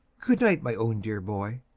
good-night, my own dear boy!